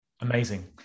Amazing